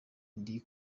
ndi